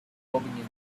rubbing